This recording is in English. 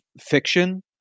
fiction